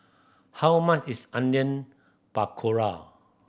how much is Onion Pakora